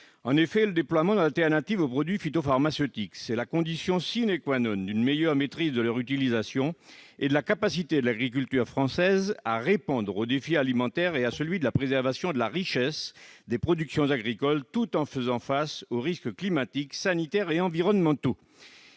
En effet, le déploiement d'alternatives aux produits phytopharmaceutiques est la condition d'une meilleure maîtrise de leur utilisation et de la capacité de l'agriculture française à répondre au défi alimentaire et à celui de la préservation de la richesse des productions agricoles, tout en faisant face aux risques climatiques, sanitaires et environnementaux.